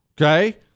okay